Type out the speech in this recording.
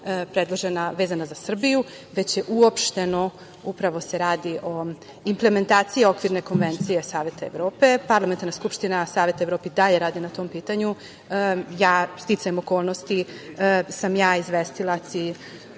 predložena vezana za Srbiju, već je uopšteno upravo se radi o implementaciji okvirne konvencije Saveta Evrope. Parlamentarna Skupština Saveta Evrope i dalje radi na tom pitanju. Sticajem okolnosti ja sam izvestilac